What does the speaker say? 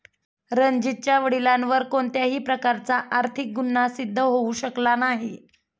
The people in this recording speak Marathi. रणजीतच्या वडिलांवर कोणत्याही प्रकारचा आर्थिक गुन्हा सिद्ध होऊ शकला नाही